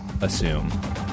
assume